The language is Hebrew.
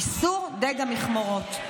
איסור דיג המכמורות.